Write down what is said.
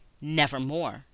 nevermore